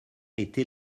etait